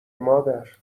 مادر